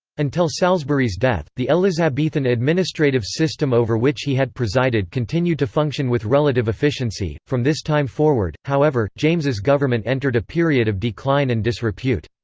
until salisbury's death, the elizabethan administrative system over which he had presided continued to function with relative efficiency from this time forward, however, james's government entered a period of decline and disrepute.